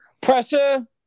pressure